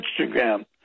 Instagram